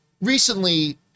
recently